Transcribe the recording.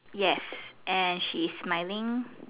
yes and she's smiling